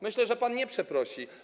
Myślę, że pan nie przeprosi.